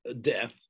death